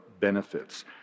benefits